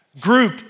group